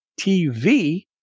TV